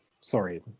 sorry